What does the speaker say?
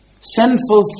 Sinful